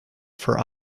for